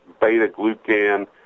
beta-glucan